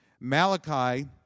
Malachi